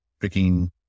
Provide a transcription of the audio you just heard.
picking